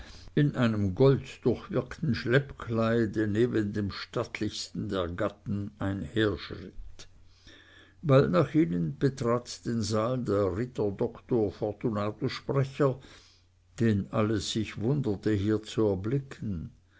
in einem golddurchwirkten schleppkleide neben dem stattlichsten der gatten einherschritt bald nach ihnen betrat den saal der ritter doktor fortunatus sprecher den alles sich wunderte hier zu erblicken